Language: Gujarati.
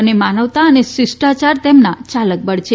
અને માનવતા અને શિષ્ટાયાર તેમનાચાલક બળ છે